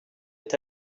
est